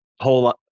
whole